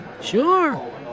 Sure